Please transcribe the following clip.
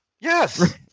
Yes